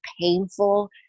painful